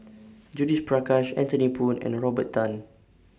Judith Prakash Anthony Poon and Robert Tan